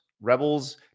Rebels